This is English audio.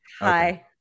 hi